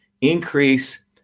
increase